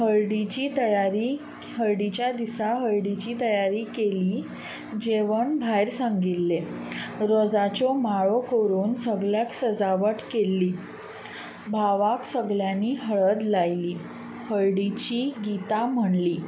हळडीची तयारी हळडीच्या दिसा हळडीची तयारी केली जेवण भायर सांगिल्लें रोजाच्यो माळो करून सगल्याक सजावट केल्ली भावाक सगल्यांनी हळद लायली हळडीचीं गितां म्हणलीं